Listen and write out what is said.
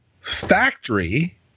factory